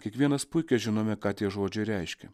kiekvienas puikiai žinome ką tie žodžiai reiškia